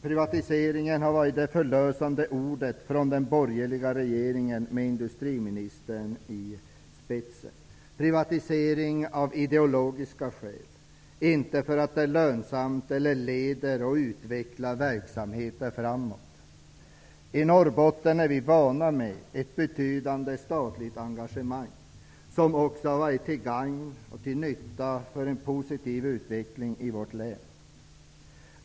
Privatisering har varit det förlösande ordet från den borgerliga regeringen med industriministern i spetsen, en privatisering av ideologiska skäl, inte för att den är lönsam eller leder och utvecklar verksamheter framåt. I Norrbotten är vi vana vid ett betydande statligt engagemang, som också varit till gagn och nytta för en positiv utveckling i vårt län.